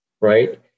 right